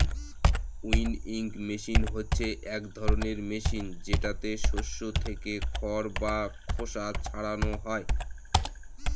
winnowing machine হচ্ছে এক ধরনের মেশিন যেটাতে শস্য থেকে খড় বা খোসা ছারানো হয়